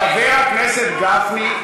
חבר הכנסת גפני,